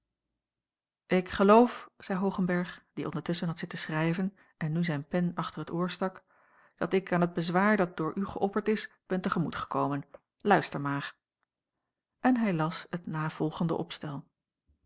ik geloof zeî hoogenberg die ondertusschen had zitten schrijven en nu zijn pen achter t oor stak dat ik aan het bezwaar dat door u geöpperd is ben te gemoet gekomen luister maar en hij las het navolgende opstel